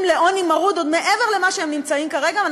לעוני מרוד עוד מעבר למה שהם נמצאים בו כרגע,